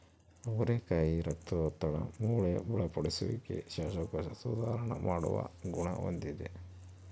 ಅವರೆಕಾಯಿ ರಕ್ತದೊತ್ತಡ, ಮೂಳೆ ಬಲಪಡಿಸುವಿಕೆ, ಶ್ವಾಸಕೋಶ ಸುಧಾರಣ ಮಾಡುವ ಗುಣ ಹೊಂದಿದೆ